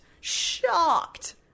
shocked